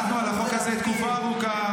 עבדנו על החוק הזה תקופה ארוכה.